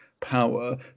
power